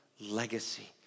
legacy